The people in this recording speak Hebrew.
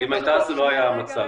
--- זה לא היה המצב.